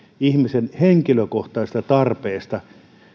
ihmisen henkilökohtaisesta tarpeesta